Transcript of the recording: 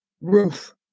roof